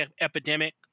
epidemic